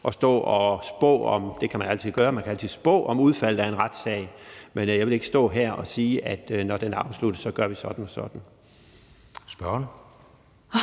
altid spå om udfaldet af en retssag, men jeg vil ikke stå her og sige, at når den er afsluttet, gør vi sådan og sådan.